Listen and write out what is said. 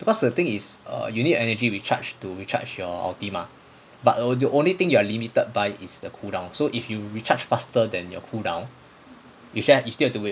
because the thing is err you need energy recharge to recharge your ulti mah but the only thing you are limited by is the cool down so if you recharge faster than your cool down you just don't have to wait